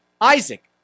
Isaac